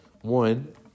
One